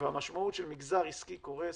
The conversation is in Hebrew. המשמעות של מגזר עסקי קורס